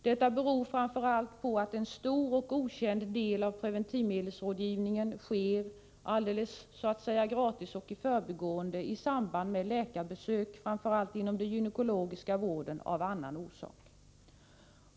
Detta beror framför allt på att en stor och okänd del av preventivmedelsrådgivningen sker så att säga alldeles gratis och i förbigående i samband med läkarbesök, framför allt inom den gynekologiska vården, av annan orsak.